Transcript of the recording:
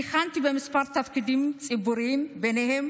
כיהנתי בכמה תפקידים ציבוריים, ביניהם